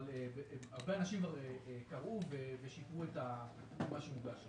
ולכן הרבה אנשים קראו ושיפרו את מה שמוגש לכם.